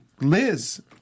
Liz